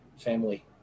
family